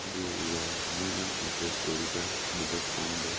ꯑꯗꯨꯒ ꯃꯣꯏꯅ ꯏꯟꯇꯔꯦꯁ ꯑꯣꯏꯔꯤꯕ ꯃꯣꯕꯥꯏꯜ ꯐꯣꯟꯗ